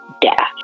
death